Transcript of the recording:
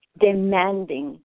demanding